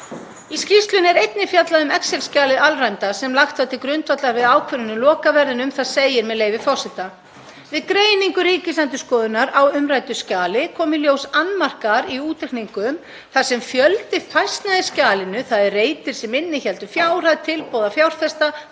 Í skýrslunni er einnig fjallað um excel-skjalið alræmda sem lagt var til grundvallar við ákvörðun um lokaverðið. Um það segir, með leyfi forseta: „Við greiningu Ríkisendurskoðunar á umræddu skjali komu í ljós annmarkar í útreikningum þar sem fjöldi færslna í skjalinu, þ.e. reitir sem innihéldu fjárhæð tilboða fjárfesta,